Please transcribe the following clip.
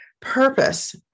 purpose